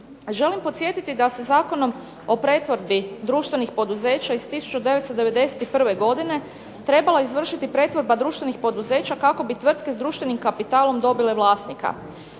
Želim podsjetiti da se Zakonom o pretvorbi društvenih poduzeća iz 1991. godine trebala izvršiti pretvorba društvenih poduzeća kako bi tvrtke s društvenim kapitalom dobile vlasnika.